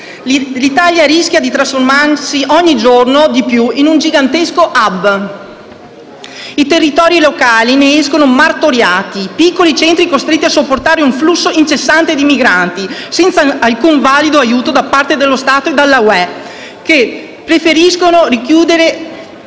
L'Italia rischia di trasformarsi ogni giorno di più in un gigantesco *hub*. I territori locali ne escono martoriati: piccoli centri costretti a sopportare un flusso incessante di migranti, senza alcun valido aiuto da parte dello Stato e della UE, che preferiscono rinchiudere